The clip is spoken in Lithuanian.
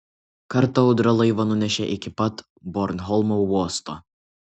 kartą audra laivą nunešė iki pat bornholmo uosto